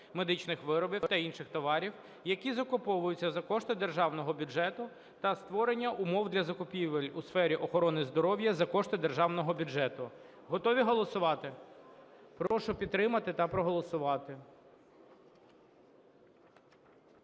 медичних виробів та інших товарів, які закуповуються за кошти державного бюджету, та створення умов для закупівель у сфері охорони здоров'я за кошти державного бюджету. Готові голосувати? Прошу підтримати та проголосувати.